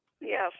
Yes